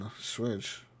Switch